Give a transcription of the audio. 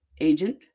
Agent